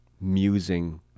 musing